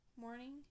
morning